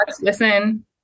listen